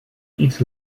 iets